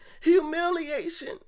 humiliation